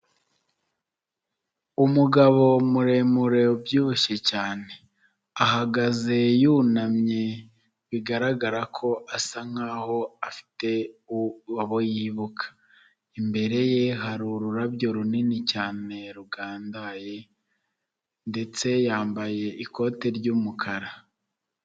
Umugabo muremure ubyibushye cyane ahagaze yunamye bigaragara ko asa nkaho afite abo yibuka, imbere ye hari ururabyo runini cyane rugandaye ndetse yambaye ikote ry'umukara.